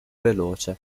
veloce